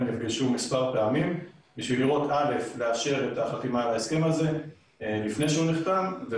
נפגשו מספר פעמים כדי לאשר את החתימה על ההסכם הזה לפני שהוא נחתם,